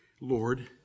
Lord